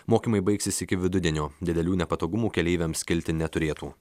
mokymai baigsis iki vidudienio didelių nepatogumų keleiviams kilti neturėtų